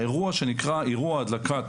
האירוע שנקרא אירוע הדלקת